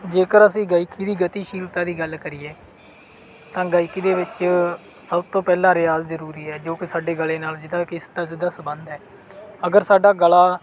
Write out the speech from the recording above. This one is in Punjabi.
ਜੇਕਰ ਅਸੀਂ ਗਾਇਕੀ ਦੀ ਗਤੀਸ਼ੀਲਤਾ ਦੀ ਗੱਲ ਕਰੀਏ ਤਾਂ ਗਾਇਕੀ ਦੇ ਵਿੱਚ ਸਭ ਤੋਂ ਪਹਿਲਾਂ ਰਿਆਜ਼ ਜ਼ਰੂਰੀ ਹੈ ਜੋ ਕਿ ਸਾਡੇ ਗਲੇ ਨਾਲ ਜਿਹਦਾ ਕਿ ਸਿੱਧਾ ਸਿੱਧਾ ਸੰਬੰਧ ਹੈ ਅਗਰ ਸਾਡਾ ਗਲਾ